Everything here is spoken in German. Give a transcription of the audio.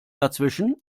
dazwischen